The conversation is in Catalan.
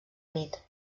nit